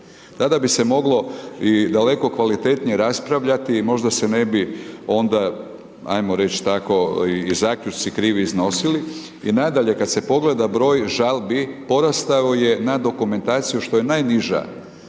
Tada bi se moglo i daleko kvalitetnije raspravljati i možda se ne bi onda, ajmo reć tako, i zaključci krivi iznosili. I nadalje, kad se pogleda broj žalbi, porastao je na dokumentaciju, što je najniža